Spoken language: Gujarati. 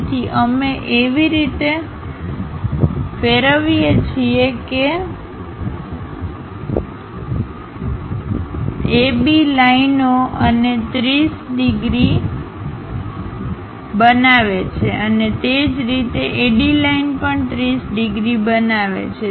તેથી અમે એવી રીતે ફેરવીએ છીએ કે AB લાઇનો આને 30 ડિગ્રી બનાવે છે અને તે જ રીતે AD લાઈન પણ 30 ડિગ્રી બનાવે છે